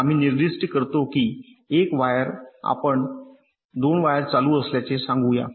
तर आम्ही निर्दिष्ट करतो की एक वायर आपण 2 वायर चालू असल्याचे सांगू या